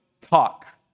talk